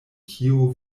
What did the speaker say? kio